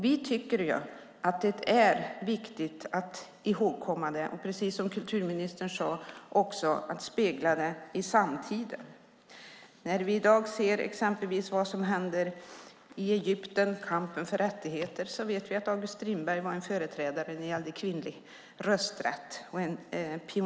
Vi tycker att det är viktigt att ihågkomma detta och att, precis som kulturministern sade, också spegla det i samtiden. När vi i dag ser exempelvis vad som händer i Egypten när det gäller kampen för rättigheter vet vi att August Strindberg var en företrädare och pionjär när det gällde kvinnlig rösträtt.